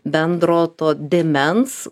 bendro to dėmens